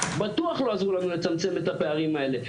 בטוח לא עזרו לנו לצמצם את הפערים האלה.